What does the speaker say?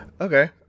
Okay